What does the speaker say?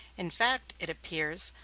in fact, it appears,